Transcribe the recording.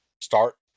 start